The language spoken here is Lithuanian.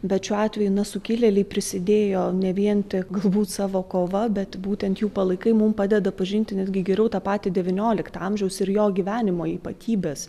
bet šiuo atveju na sukilėliai prisidėjo ne vien tik galbūt savo kova bet būtent jų palaikai mum padeda pažinti netgi geriau tą patį devynioliktą amžiaus ir jo gyvenimo ypatybes